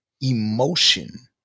Emotion